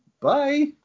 Bye